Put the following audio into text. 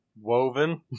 Woven